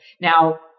Now